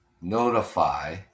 notify